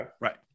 Right